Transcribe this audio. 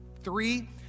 Three